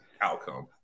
outcome